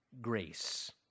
grace